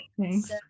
Thanks